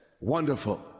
wonderful